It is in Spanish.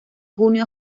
junio